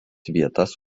vietas